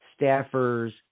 staffers